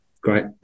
great